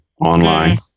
online